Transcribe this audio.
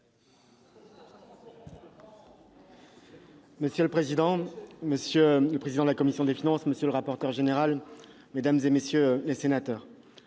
Monsieur le président, monsieur le président de la commission des finances, monsieur le rapporteur, mesdames, messieurs les sénateurs,